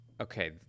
okay